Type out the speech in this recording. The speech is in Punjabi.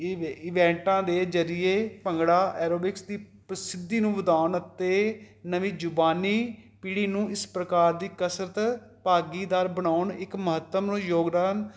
ਏ ਇਵੈਂਟਾਂ ਦੇ ਜ਼ਰੀਏ ਭੰਗੜਾ ਐਰੋਬਿਕਸ ਦੀ ਪ੍ਰਸਿੱਧੀ ਨੂੰ ਵਧਾਉਣ ਅਤੇ ਨਵੀਂ ਜਵਾਨੀ ਪੀੜ੍ਹੀ ਨੂੰ ਇਸ ਪ੍ਰਕਾਰ ਦੀ ਕਸਰਤ ਭਾਗੀਦਾਰ ਬਣਾਉਣ ਇੱਕ ਮਹੱਤਮ ਯੋਗਦਾਨ